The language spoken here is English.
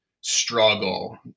struggle